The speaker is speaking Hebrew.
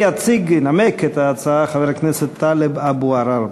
יציג וינמק את ההצעה חבר הכנסת טלב אבו עראר.